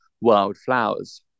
wildflowers